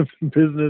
business